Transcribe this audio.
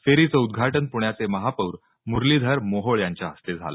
फेरीचं उद्घाटन प्ण्याचे महापौर मुरलीधर मोहोळ यांच्या हस्ते झालं